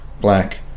black